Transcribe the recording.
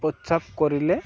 প্রস্রাব করিলে